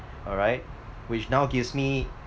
alright which now gives me